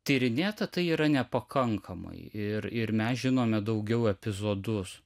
tyrinėta tai yra nepakankamai ir ir mes žinome daugiau epizodus